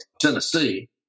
Tennessee